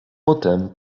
potem